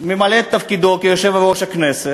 ממלא את תפקידו כיושב-ראש הכנסת,